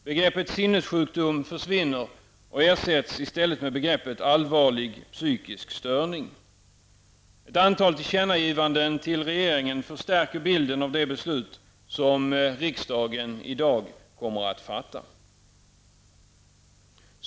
Begreppet sinnessjukdom försvinner och ersätts med begreppet allvarlig psykisk störning. Ett antal tillkännagivanden till regeringen förstärker bilden av det beslut som riksdagen i dag kommer att fatta.